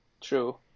True